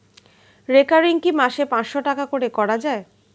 Recurring কি মাসে পাঁচশ টাকা করে করা যায়?